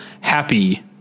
happy